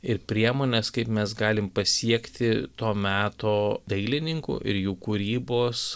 ir priemones kaip mes galim pasiekti to meto dailininkų ir jų kūrybos